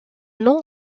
nom